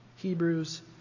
Hebrews